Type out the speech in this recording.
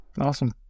Awesome